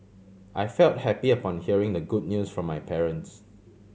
I felt happy upon hearing the good news from my parents